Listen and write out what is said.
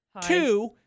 Two